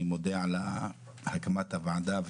אני מודה על הקמת הוועדה,